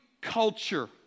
culture